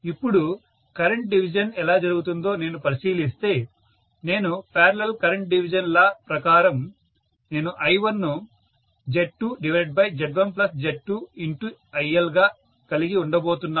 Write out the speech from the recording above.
ఇప్పుడు current division ఎలా జరుగుతుందో నేను పరిశీలిస్తే నేను పారలల్ కరెంట్ డివిజన్ లా ప్రకారం నేను I1 ను Z2Z1Z2ILగా కలిగి ఉండబోతున్నాను